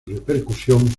repercusión